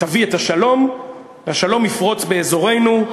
תביא את השלום והשלום יפרוץ באזורנו.